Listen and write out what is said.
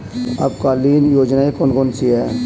अल्पकालीन योजनाएं कौन कौन सी हैं?